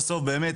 באמת,